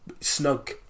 snug